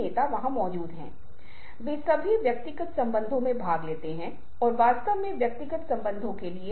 क्योंकि आप देखते हैं कि बहुत बार महत्वपूर्ण बात यह पता लगाना है कि वास्तव में कोई क्या सोच रहा है